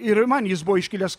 ir man jis buvo iškilęs